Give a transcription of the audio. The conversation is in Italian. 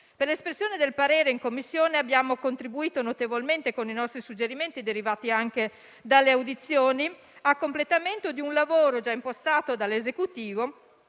Per l'espressione del parere in Commissione abbiamo contribuito notevolmente con i nostri suggerimenti, derivati anche dalle audizioni, a completamento di un lavoro già impostato dall'Esecutivo,